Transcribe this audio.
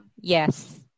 Yes